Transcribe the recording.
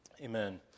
Amen